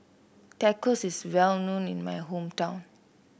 Tacos is well known in my hometown